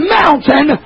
mountain